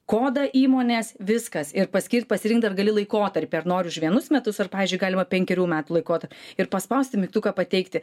kodą įmonės viskas ir paskirt pasirinkt dar gali laikotarpį ar nori už vienus metus ar pavyzdžiui galima penkerių metų laikotarp ir paspausti mygtuką pateikti